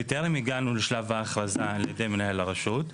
בטרם הגענו לשלב ההכרזה על ידי מנהל הרשות.